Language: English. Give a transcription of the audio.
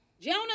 Jonah